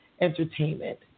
entertainment